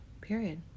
period